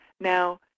Now